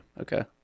Okay